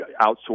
outsource